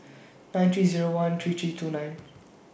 nine three Zero one three three two nine